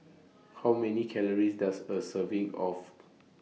How Many Calories Does A Serving of